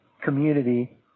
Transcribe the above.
community